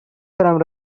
from